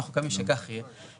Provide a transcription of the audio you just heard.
ואנחנו מקווים שכך יהיה.